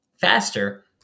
faster